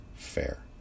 fair